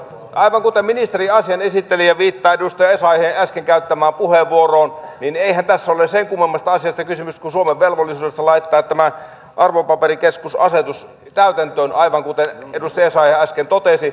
aivan kuten ministeri asian esitteli ja viittaan edustaja essayahin äsken käyttämään puheenvuoroon niin eihän tässä ole sen kummemmasta asiasta kysymys kuin suomen velvollisuudesta laittaa tämä arvopaperikeskusasetus täytäntöön aivan kuten edustaja essayah äsken totesi